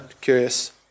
curious